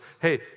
hey